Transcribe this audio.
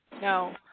no